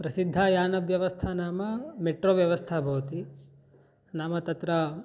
प्रसिद्धा यानव्यवस्था नाम मेट्रो व्यवस्था भवति नाम तत्र